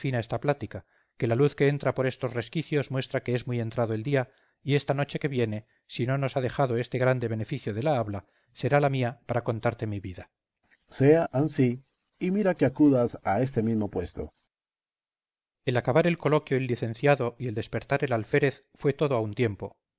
esta plática que la luz que entra por estos resquicios muestra que es muy entrado el día y esta noche que viene si no nos ha dejado este grande beneficio de la habla será la mía para contarte mi vida berganza sea ansí y mira que acudas a este mismo puesto el acabar el coloquio el licenciado y el despertar el alférez fue todo a un tiempo